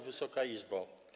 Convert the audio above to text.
Wysoka Izbo!